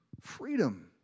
freedom